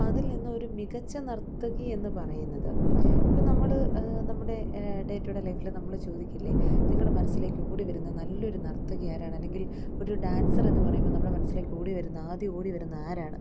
അതിൽ നിന്ന് ഒരു മികച്ച നർത്തകി എന്ന് പറയുന്നത് ഇപ്പോള് നമ്മള് നമ്മുടെ ഡേ ടു ഡേ ലൈഫില് നമ്മള് ചോദിക്കില്ലേ നിങ്ങളുടെ മനസ്സിലേക്ക് ഓടിവരുന്ന നല്ലൊരു നർത്തകി ആരാണ് അല്ലങ്കിൽ ഒരു ഡാൻസറെന്ന് പറയുമ്പോള് നമ്മുടെ മനസ്സിലേക്ക് ഓടി വരുന്ന ആദ്യം ഓടിവരുന്നത് ആരാണ്